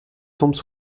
tombent